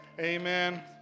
Amen